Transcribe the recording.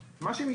זה אותו דבר.